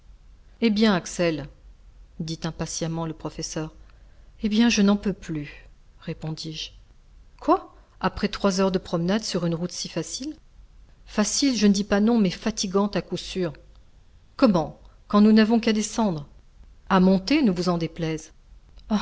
eh bien axel dit impatiemment le professeur eh bien je n'en peux plus répondis-je quoi après trois heures de promenade sur une route si facile facile je ne dis pas non mais fatigante à coup sûr comment quand nous n'avons qu'à descendre a monter ne vous en déplaise